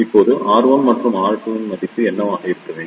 இப்போது ஆர் 1 மற்றும் ஆர் 2 இன் மதிப்பு என்னவாக இருக்க வேண்டும்